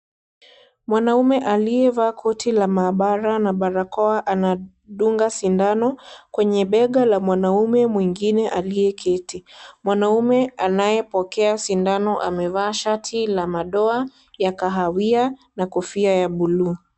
Mwanaume aliyevaa koti la mabara na barakoa anadunga sindano, kwenye mbega la mwanaume mwingine aliyeketi. Mwanaume anayepokea sindano amevaa shati la madoa ya kahawia kofia ya bluu .